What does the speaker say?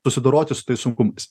susidoroti su tais sunkumais